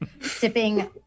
sipping